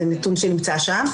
זה נתון שנמצא שם.